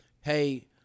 hey